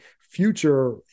future